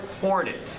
Hornet